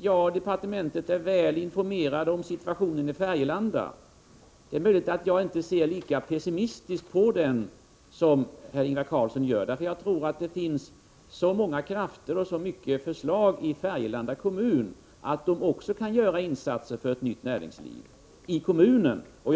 Jag och departementet är väl informerade'om situationen i Färgelanda. Det är möjligt att jag inte ser lika pessimistiskt på den som Ingvar Karlsson i Bengtsfors gör. Jag tror nämligen att det finns så många krafter och så många förslag inom Färgelanda kommun att man där själv också kan göra insatser för att skapa ett nytt näringsliv.